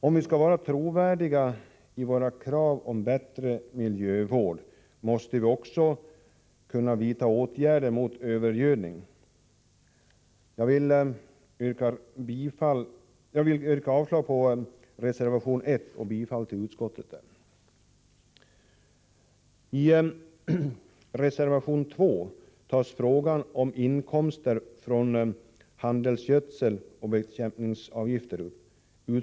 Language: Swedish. Om vi skall vara trovärdiga i våra krav på bättre miljövård, måste vi också kunna vidta åtgärder mot övergödning. Jag yrkar avslag på reservation 1 och bifall till utskottets hemställan. I reservation 2 tas frågan om inkomster från handelsgödseloch bekämpningsavgiften upp.